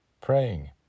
praying